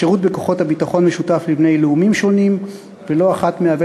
השירות בכוחות הביטחון משותף לבני לאומים שונים ולא אחת מהווה